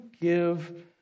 give